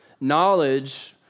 Knowledge